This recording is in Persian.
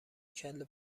کله